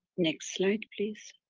next slide please.